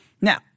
Now